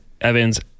Evans